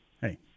Hey